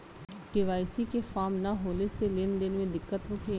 KYC के form न होले से लेन देन में दिक्कत होखी?